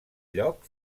lloc